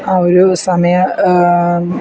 ആ ഒരു സമയ